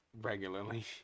regularly